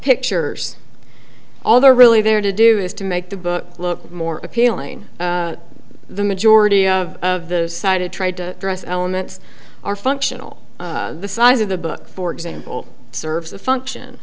pictures all they're really there to do is to make the books look more appealing the majority of the sighted tried to dress elements are functional the size of the book for example serves a function